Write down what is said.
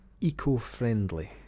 eco-friendly